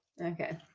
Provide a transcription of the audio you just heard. Okay